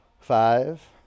Five